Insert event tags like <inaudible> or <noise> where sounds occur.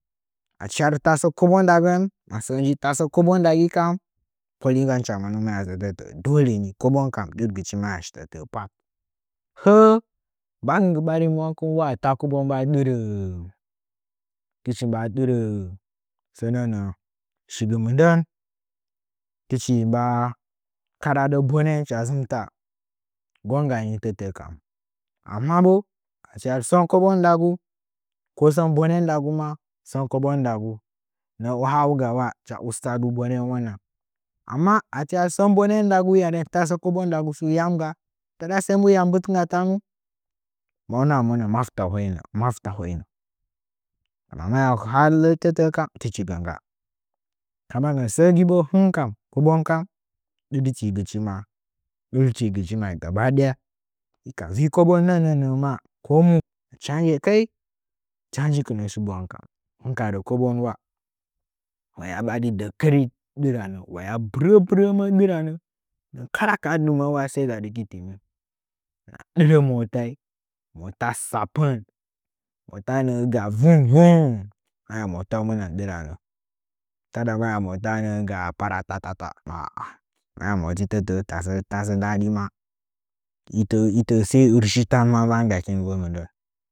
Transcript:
Aciaritasi kobo ndagɚn masɚtɚ tasɚ kobo nda gɨ kam poligɚn hɨcha moni maya sɚtɚtɚ’ɚ dole ni kobon kam dɨrgɨchi maya shitetɚ’ɚ hɚɚj mbagɨ ɓarin monkin wa ta kobo ɗɨrɚ tɨchi mba dɨrɚ sɚnɚnɚ’ɚ shigɨ mɨndɚ tɨch mba karada bonen cha zɨmta gonga ni tɚtɚɚ kam ammabo achi achi sɚn kobon ndagu ko sɚn bonen ndagu ma sɚn kobon ndagu nɚɚ ’wahanga wa hɨcha astadu bonen nɚgɚn amma achi ha sɚn bonen ndagu tasɚ kobo nda gutsu yam gaah taɗa sai mbu ya mbɨtngge tanuu mamɨna monɚ maɨta hoine maɨta hone amma maya hatitetekam tɨchigɨ ngga’a kala na’ɚ sɚgibo hɨn kam kobon kam bidditigich mai gaba daya hika yi kobon nɚnnɚnɚma komu chanje kai chaanjigine shibwan kam hɨn karɚ kobonwa waya ɓari dekkeri ɗɨrane waya bɨrɚ bɨrɚ mɚ ɗɨrane kala kaha dɨmɚ’ɚn sai ga dikitimɨn hɨna ɗɨre motai mota tsappɚn matanɚ’ɚ ga vung vung maya motaunɚngɚn dɨranɚ taɗa maya matanɚ’ ga parattat aa maya motitɚtɚ’ɚ tasɚ daɗi ma itɚ’ɚ itɚ' sari trshi tan maɗa. <unintelligible>